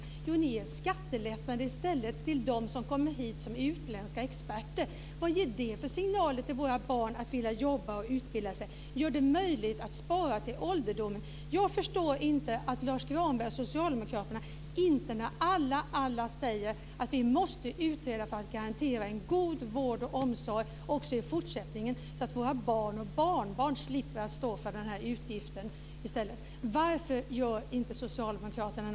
Jo, ni ger i stället skattelättnader till dem som kommer hit som utländska experter. Vad ger det för signaler till våra barn att vilja jobba och utbilda sig? Gör det möjligt att spara till ålderdomen. Jag förstår inte Lars Granberg och socialdemokraterna. Alla säger att vi måste utreda för att garantera en god vård och omsorg också i fortsättningen, så att våra barn och barnbarn slipper att stå för den här utgiften.